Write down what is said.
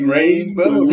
Rainbow